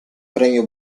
premio